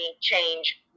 change